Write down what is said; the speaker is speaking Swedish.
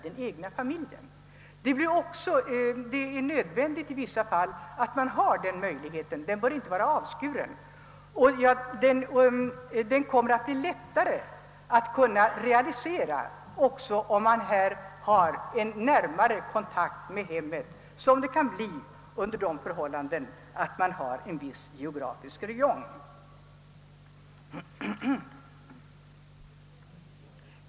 Det är i vissa fall nödvändigt att denna möjlighet finns. Den bör inte vara av skuren. En återanpassning kommer att bli lättare att realisera om en närmare kontakt hålles med hemmet. En sådan kontakt underlättas om man har en viss geografisk räjong.